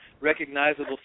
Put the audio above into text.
recognizable